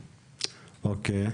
אוקיי.